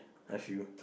I feel